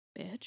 bitch